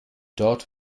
dort